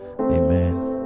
Amen